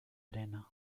arena